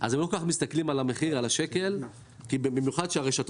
אז הם לא כל-כך מסתכלים על השקל במיוחד כשהרשתות